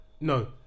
No